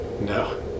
No